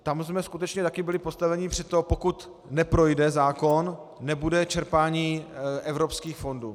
Tam jsme skutečně také byli postaveni před to, že pokud neprojde zákon, nebude čerpání evropských fondů.